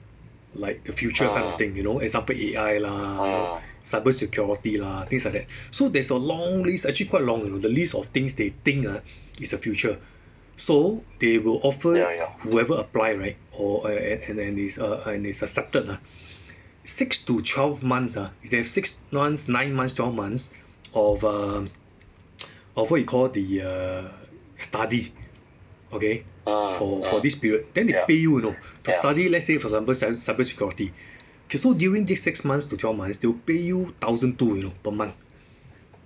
like the future kind of thing you know example A_I lah cyber security lah things like that so there's a long list actually quite long you know the list of things they think ah is the future so they will offer whoever apply right or an~ an~ and is err and is accepted ah six to twelve months ah okay six months nine months twelve months of um of what you call the err err study okay for for this period then they pay you you know to study let's say for example cyber security K so during these six months to twelve months they will pay you thousand two you know per month